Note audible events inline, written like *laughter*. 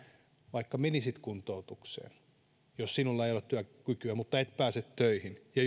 vaikka menisit kuntoutukseen jos sinulla ei ole työkykyä mutta et pääse töihin ja *unintelligible*